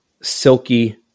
silky